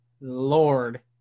lord